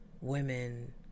women